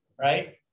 right